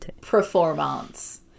Performance